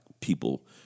people